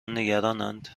نگرانند